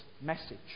message